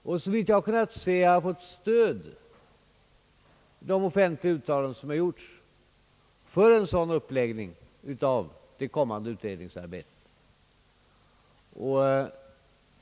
Och såvitt jag har kunnat se har jag fått stöd av de offentliga uttalanden som har gjorts för en sådan uppläggning av det kommande utredningsarbetet.